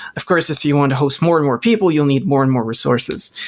of course, if you want to host more and more people, you'll need more and more resources,